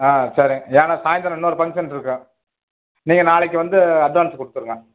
ஆ சரி ஏன்னால் சாய்ந்திரம் இன்னொரு ஃபங்ஷன் இருக்கும் நீங்கள் நாளைக்கு வந்து அட்வான்ஸ் கொடுத்துருங்க